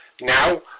Now